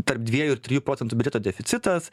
tarp dviejų ir trijų procentų biudžeto deficitas